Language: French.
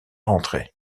rentré